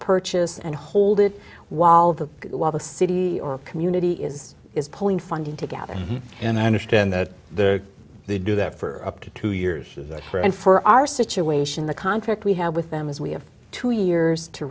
purchase and hold it while the while the city or community is is pulling funding together and i understand that the they do that for up to two years for and for our situation the contract we have with them as we have two years to